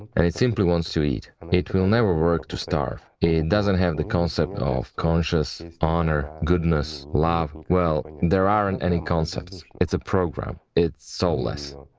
and it simply wants to eat. it will never work to starve. it doesn't have the concept of conscience, honour, goodness, love, well, there aren't any concepts it's a program, it is soulless.